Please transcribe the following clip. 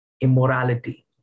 immorality